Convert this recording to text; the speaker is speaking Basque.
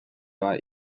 bai